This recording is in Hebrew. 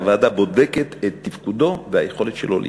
והוועדה בודקת את תפקודו ואת היכולת שלו להשתכר.